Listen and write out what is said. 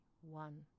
one